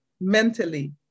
mentally